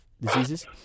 diseases